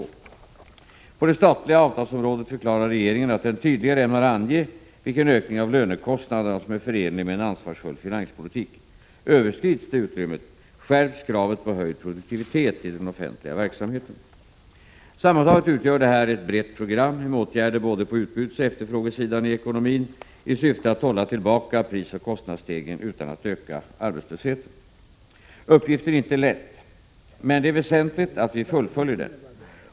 o På det statliga avtalsområdet förklarar regeringen att den tydligare ämnar ange vilken ökning av lönekostnaderna som är förenlig med en ansvarsfull finanspolitik. Överskrids detta utrymme, skärps kravet på höjd produktivitet i den offentliga verksamheten. Sammantaget utgör detta ett brett program, med åtgärder både på utbudssidan och efterfrågesidan i ekonomin, i syfte att hålla tillbaka prisoch kostnadsstegringen utan att öka arbetslösheten. Uppgiften är inte lätt. Men det är väsentligt att vi fullföljer den.